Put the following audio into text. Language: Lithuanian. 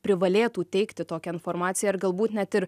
privalėtų teikti tokią informaciją ir galbūt net ir